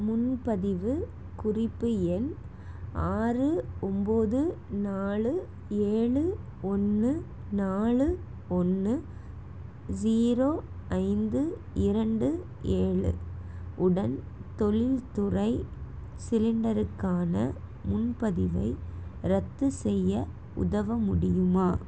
முன்பதிவு குறிப்பு எண் ஆறு ஒம்பது நாலு ஏழு ஒன்று நாலு ஒன்று ஜீரோ ஐந்து இரண்டு ஏழு உடன் தொழில்துறை சிலிண்டருக்கான முன்பதிவை ரத்து செய்ய உதவ முடியுமா